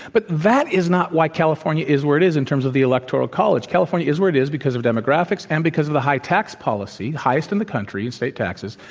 but that is not why california is where it is in terms of the electoral college. california is where it is because of demographics and because of the high tax policy, highest in the country with state taxes,